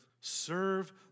serve